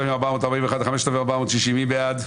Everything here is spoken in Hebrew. רוויזיה על הסתייגויות 4340-4321, מי בעד?